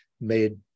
made